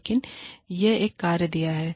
लेकिन यह एक कार्य दिया है